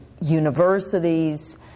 universities